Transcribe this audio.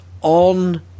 on